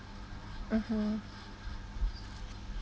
mmhmm